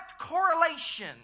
correlation